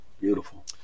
Beautiful